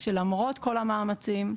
שלמרות כל המאמצים,